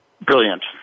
Brilliant